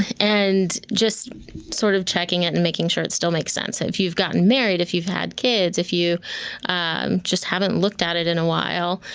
and just sort of checking it and making sure it still makes sense. and if you've gotten married. if you've had kids. if you um just haven't looked at it in a while,